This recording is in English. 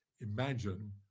imagine